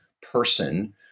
person